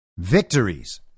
Victories